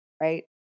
right